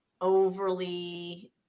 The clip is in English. overly